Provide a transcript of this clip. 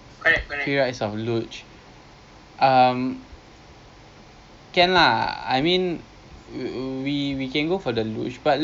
eh I heard dia banyak burung uh okay anyway I tengok hit rock V_R actually ada boleh lah err